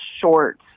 short